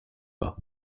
pas